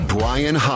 Brian